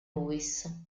louis